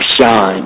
shine